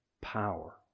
power